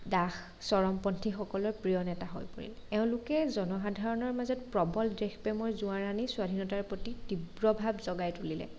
দাস চৰমপন্থীসকলৰ প্ৰিয় নেতা ঠৈ পৰিল এওঁলোকে জনসাধাৰণৰ মাজত প্ৰবল দেশপ্ৰেমৰ জোৱাৰ আনি স্বাধীনতাৰ প্ৰতি তীব্ৰভাৱ জগাই তুলিলে